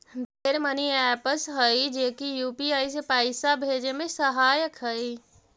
ढेर money apps हई जे की यू.पी.आई से पाइसा भेजे में सहायक हई